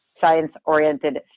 science-oriented